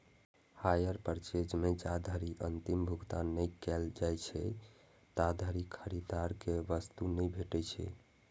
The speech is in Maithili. हायर पर्चेज मे जाधरि अंतिम भुगतान नहि कैल जाइ छै, ताधरि खरीदार कें वस्तु नहि भेटै छै